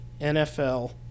NFL